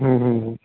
हूं हूं हूं